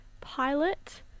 Pilot